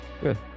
Good